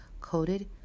coated